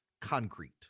Concrete